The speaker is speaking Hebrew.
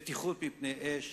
בטיחות מפני אש,